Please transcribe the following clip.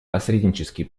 посреднический